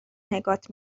نگات